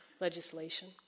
legislation